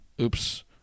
oops